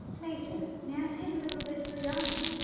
major may i take a little of it for the army?